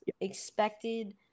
expected